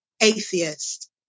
atheist